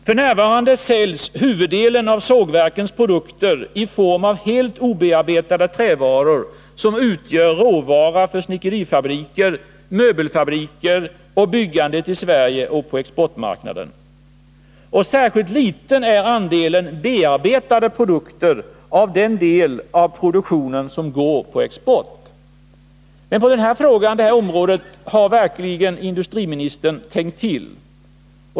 F.n. säljs huvuddelen av sågverkens produkter i form av helt obearbetade trävaror, som utgör råvara för snickerifabriker, möbelfabriker och byggandet i Sverige och på exportmarknaderna. Särskilt liten är andelen bearbetade produkter av den del av produktionen som går på export. På det området har industriministern verkligen tänkt till.